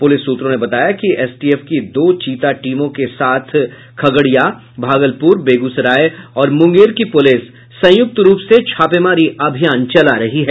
police सूत्रों ने बताया कि एसटीएफ की दो चीता टीमों के साथ खगड़िया भागलपुर बेगूसराय और मुंगेर की पुलिस संयुक्त रूप से छापेमारी अभियान चला रही है